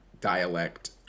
dialect